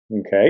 Okay